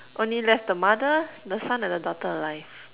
only left the mother the son and the daughter alive